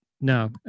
No